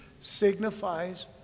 signifies